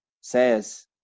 says